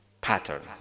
pattern